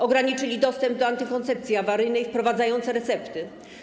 Ograniczyli dostęp do antykoncepcji awaryjnej, wprowadzając recepty.